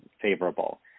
favorable